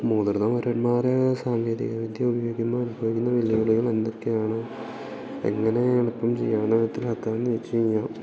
മുതിർന്ന പൗരന്മാർ സാങ്കേതിക വിദ്യ ഉപയോഗിക്കുമ്പം അനുഭവിക്കുന്ന വെല്ലുവിളികൾ എന്തൊക്കെയാണ് എങ്ങനെ എളുപ്പം ചെയ്യാവുന്ന വിധത്തിൽ ആക്കാം എന്ന് ചോദിച്ച് കഴിഞ്ഞാൽ